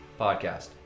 podcast